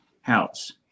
house